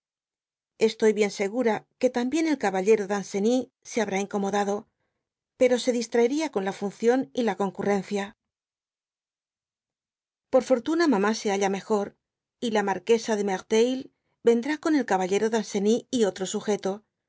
estoy bien segura que tamlúen el caballero danceny e habrá incomodado pero ve distraería con la ftmcioii y la tíonciuteneia por fortuna mamá se halla mejor y la marquesa de merteuil vendrá con el caballero daiir ceny y otro sujeto